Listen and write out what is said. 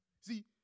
See